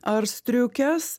ar striukės